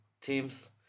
teams